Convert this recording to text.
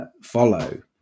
follow